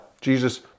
Jesus